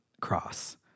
cross